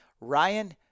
Ryan